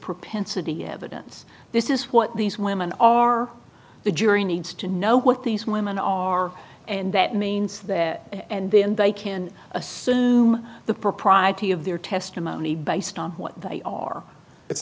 propensity evidence this is what these women are the jury needs to know what these women are and that means that and then they can assume the propriety of their testimony based on what they are it's